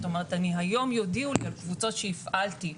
זאת אומרת היום יודיעו לי שקבוצות שהפעלתי,